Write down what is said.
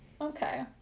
okay